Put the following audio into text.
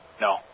no